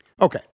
Okay